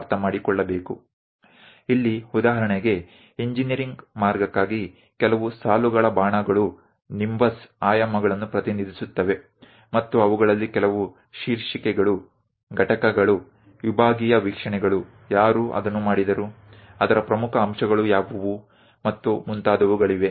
અહીં ઉદાહરણ તરીકે એન્જિનિયરિંગ રીત માટે નિમ્બસ જેવા પરિમાણો દર્શાવતી કેટલીક રેખાઓ નું તીર કંઈક છે અને તેમાંના કેટલાક જેવા કે શીર્ષક ભાગો ઘટકો સેકશનલ વ્યુ વિભાગીય દૃષ્ટિકોણ કોણે બનાવ્યા તેના મુખ્ય ભાગો ઘટકો કયા કયા છે વગેરે